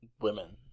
women